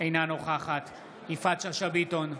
אינה נוכחת יפעת שאשא ביטון,